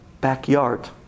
backyard